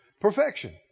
perfection